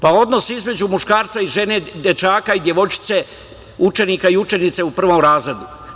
Pa o odnosu između muškarca i žene, dečaka i devojčice, učenika i učenice u prvom razredu.